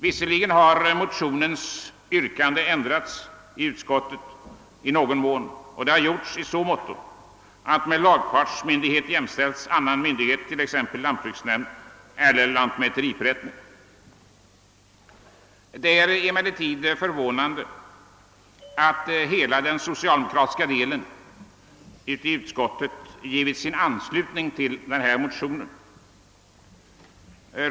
Visserligen har motionens yrkande ändrats i utskottet i någon mån, nämligen i så måtto att med lagfartsmyndighet jämställs annan myndighet, t.ex. lantbruksnämnd eller lantmäteriförrättning, men det är förvånande att hela den socialdemokratiska delen av utskottet givit sin anslutning till denna motion.